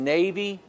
Navy